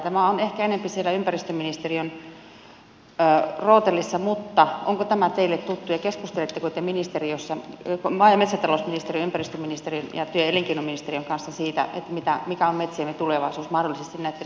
tämä on ehkä enempi siellä ympäristöministeriön rootelissa mutta onko tämä teille tuttu ja keskusteletteko te ministeriössä maa ja metsätalousministeriön ympäristöministeriön ja työ ja elinkeinoministeriön kanssa siitä mikä on metsiemme tulevaisuus mahdollisesti näitten unionisäädösten pohjalta